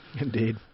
Indeed